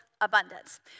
abundance